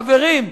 חברים,